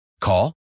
Call